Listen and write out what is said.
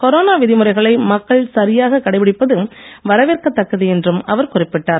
corona விதிமுறைகளை மக்கள் சரியாக கடைபிடிப்பது வரவேற்கதக்கது என்றும் அவர் குறிப்பிட்டார்